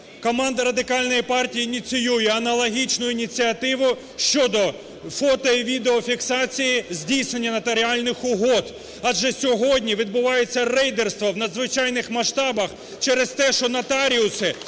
Команда Радикальної партії ініціює аналогічну ініціативу щодо фото і відеофіксації здійснення нотаріальних угод, адже сьогодні відбувається рейдерство у надзвичайних масштабах через те, що нотаріуси